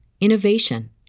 innovation